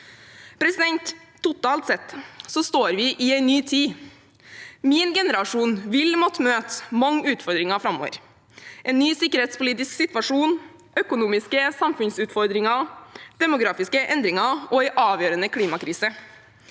sektoren. Totalt sett står vi i en ny tid. Min generasjon vil måtte møte mange utfordringer framover, med en ny sikkerhetspolitisk situasjon, økonomiske samfunnsutfordringer, demografiske endringer og en avgjørende klimakrise.